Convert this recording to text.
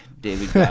David